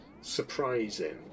surprising